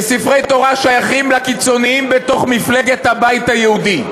שספרי תורה שייכים לקיצונים בתוך הבית היהודי?